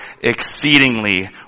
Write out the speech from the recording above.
exceedingly